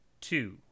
two